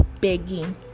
begging